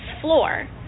floor